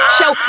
Show